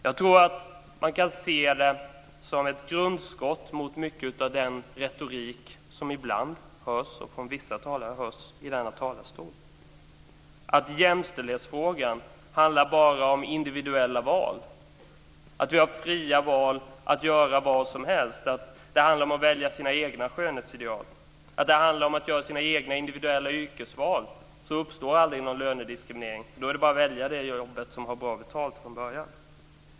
Jag tror att man kan se det som ett grundskott mot mycket av den retorik som ibland från vissa talare hörs från denna talarstol, att jämställdhetsfrågan bara handlar om individuella val, att vi är fria att göra vad som helst, att det handlar om att välja sina egna skönhetsideal, att det handlar om att göra sina egna individuella yrkesval så uppstår aldrig någon lönediskriminering, för då är det bara att välja det jobb som är bra betalt från början.